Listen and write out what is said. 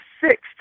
sixth